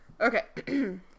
Okay